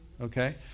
Okay